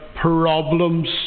problems